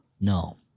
No